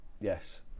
Yes